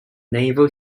naval